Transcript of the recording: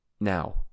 Now